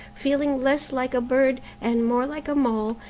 feeling less like a bird, and more like a mole,